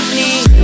need